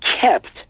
kept